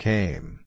Came